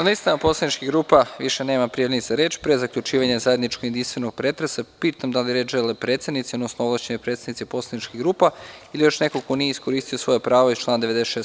Pošto na listama poslaničkih grupa više nema prijavljenih za reč, pre zaključivanja zajedničkog jedinstvenog pretresa pitam da li reč žele predsednici, odnosno ovlašćeni predstavnici poslaničkih grupa ili još neko ko nije iskoristio svoje pravo iz člana 96.